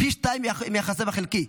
וזה פי שניים מיחסם החלקי,